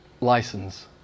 License